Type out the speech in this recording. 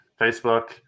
Facebook